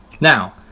Now